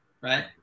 Right